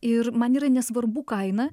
ir man yra nesvarbu kaina